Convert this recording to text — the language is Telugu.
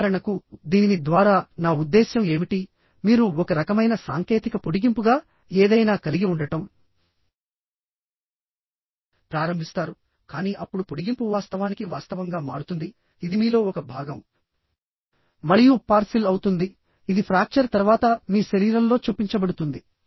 ఉదాహరణకు దీని ద్వారా నా ఉద్దేశ్యం ఏమిటి మీరు ఒక రకమైన సాంకేతిక పొడిగింపుగా ఏదైనా కలిగి ఉండటం ప్రారంభిస్తారు కానీ అప్పుడు పొడిగింపు వాస్తవానికి వాస్తవంగా మారుతుందిఇది మీలో ఒక భాగం మరియు పార్శిల్ అవుతుంది ఇది ఫ్రాక్చర్ తర్వాత మీ శరీరంలో చొప్పించబడుతుంది